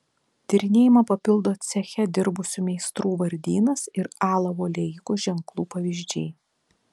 tyrinėjimą papildo ceche dirbusių meistrų vardynas ir alavo liejikų ženklų pavyzdžiai